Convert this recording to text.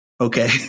Okay